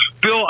bill